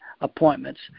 appointments